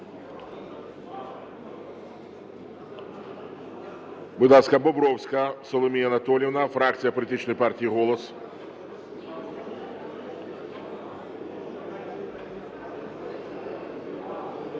Будь ласка, Бобровська Соломія Анатоліївна, фракція політичної партії "Голос".